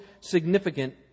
significant